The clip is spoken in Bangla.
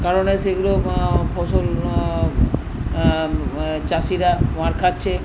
কারণে সেগুলো ফসল চাষিরা মার খাচ্ছে